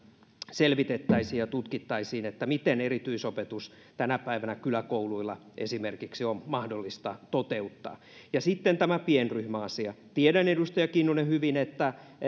selvitettäisiin ja tutkittaisiin nimenomaan tätä miten erityisopetus tänä päivänä on esimerkiksi kyläkouluilla mahdollista toteuttaa sitten tämä pienryhmäasia tiedän hyvin edustaja kinnunen että